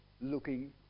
looking